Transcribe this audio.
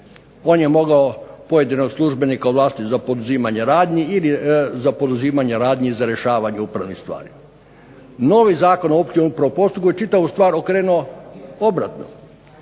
On je mogao pojedinog službenika ovlastiti za poduzimanje radnji i za rješavanje upravnih stvari. Novi Zakon o općem upravnom postupku je čitavu stvar okrenuo obratno.